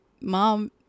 mom